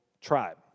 tribe